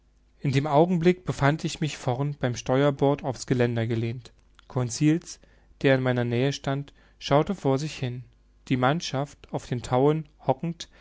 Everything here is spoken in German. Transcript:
in dem augenblick befand ich mich vorn beim steuerbord auf's geländer gelehnt conseil der in meiner nähe stand schaute vor sich hin die mannschaft auf den tauen hockend